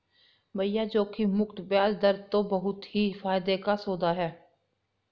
भैया जोखिम मुक्त बयाज दर तो बहुत ही फायदे का सौदा है